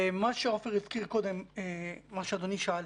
שעופר הזכיר קודם לגבי מה שאדוני שאל,